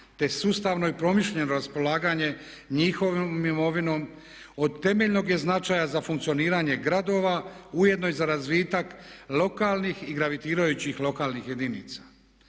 te sustavno i promišljeno raspolaganje njihovom imovinom od temeljnog je značaja za funkcioniranje gradova ujedno i za razvitak lokalnih i gravitirajućih lokalnih jedinica.